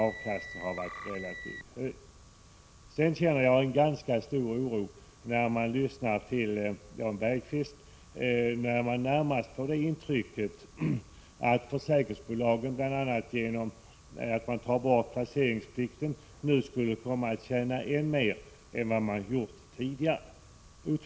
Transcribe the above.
Jag känner stor oro när jag av vad Jan Bergqvist säger närmast får intrycket att försäkringsbolagen bl.a. genom att placeringsplikten tas bort kommer att tjäna än mer pengar än tidigare.